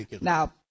Now